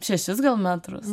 šešis gal metrus